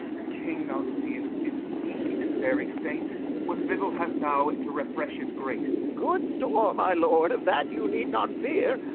the king thou seest is weak and very faint what victuals hast thou to refresh his grace? good store my lord, of that you need not fear.